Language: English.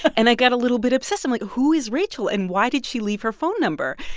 and i got a little bit obsessed. i'm like, who is rachel, and why did she leave her phone number?